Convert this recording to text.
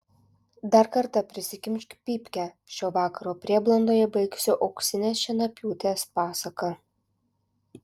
dar kartą prisikimšk pypkę šio vakaro prieblandoje baigsiu auksinės šienapjūtės pasaką